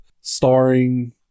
starring